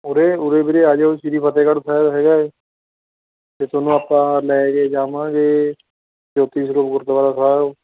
ਉਰੇ ਉਰੇ ਵੀਰੇ ਆ ਜਿਓ ਸ਼੍ਰੀ ਫਤਿਹਗੜ੍ਹ ਸਾਹਿਬ ਹੈਗਾ ਹੈ ਅਤੇ ਤੁਹਾਨੂੰ ਆਪਾਂ ਲੈ ਕੇ ਜਾਵਾਂਗੇ ਜੋਤੀ ਸਰੂਪ ਗੁਰਦੁਆਰਾ ਸਾਹਿਬ